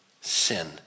sin